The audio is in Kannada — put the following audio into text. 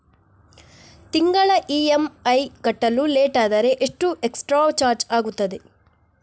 ತಿಂಗಳ ಇ.ಎಂ.ಐ ಕಟ್ಟಲು ಲೇಟಾದರೆ ಎಷ್ಟು ಎಕ್ಸ್ಟ್ರಾ ಚಾರ್ಜ್ ಆಗುತ್ತದೆ?